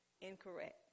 incorrect